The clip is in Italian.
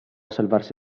salvarsi